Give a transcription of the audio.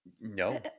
No